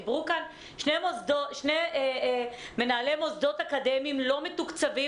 דיברו שני מנהלי מוסדות אקדמיים לא מתוקצבים,